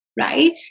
right